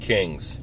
Kings